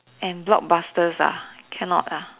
and blockbusters ah cannot lah